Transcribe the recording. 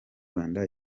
rwanda